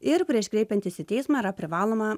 ir prieš kreipiantis į teismą yra privaloma